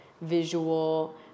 visual